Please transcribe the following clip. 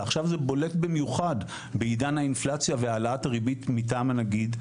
ועכשיו זה בולט במיוחד אינפלציה והעלאת הריבית מטעם הנגיד,